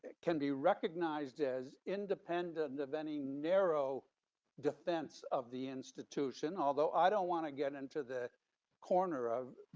can be recognized as independent of any narrow defense of the institution, although i don't wanna get into the corner of